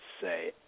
say